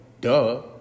duh